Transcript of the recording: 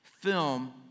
film